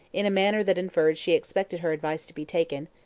in a manner that inferred she expected her advice to be taken,